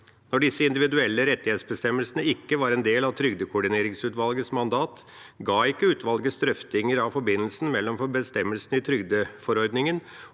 Disse individuelle rettighetsbestemmelsene var ikke en del av trygdekoordineringsutvalgets mandat. Utvalgets drøftinger av forbindelsen mellom bestemmelsene i trygdeforordningen